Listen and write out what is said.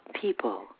people